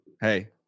Hey